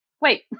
wait